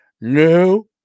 No